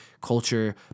culture